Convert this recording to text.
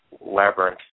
labyrinth